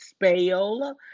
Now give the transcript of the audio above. spayola